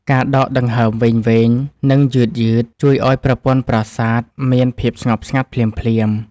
ការដកដង្ហើមវែងៗ និងយឺតៗ ជួយឱ្យប្រព័ន្ធប្រសាទមានភាពស្ងប់ស្ងាត់ភ្លាមៗ។